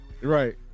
Right